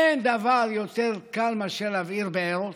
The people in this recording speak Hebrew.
אין דבר יותר קל מאשר להבעיר בעירות,